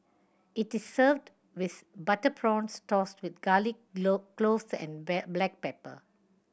it is served with butter prawns tossed with garlic cloves and black pepper